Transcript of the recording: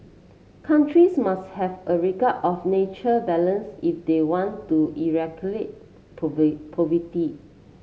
countries must have a regard of nature balance if they want to poverty